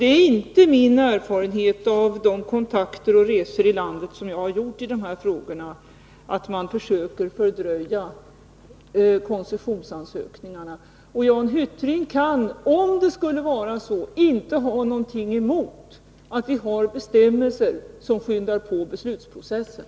Det är inte min erfarenhet av de kontakter som jag har haft och de resor i landet som jag har gjort med anledning av dessa frågor att man försöker fördröja koncessionsansökningarna. Men om det skulle vara så, kan Jan Hyttring inte ha något emot att det finns bestämmelser som skyndar på beslutsprocessen.